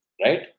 Right